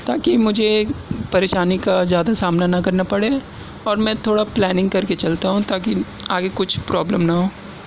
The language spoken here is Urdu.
تاکہ مجھے پریشانی کا زیادہ سامنا نہ کرنا پڑے اور میں تھوڑا پلاننگ کر کے چلتا ہوں تاکہ آگے کچھ پرابلم نہ ہو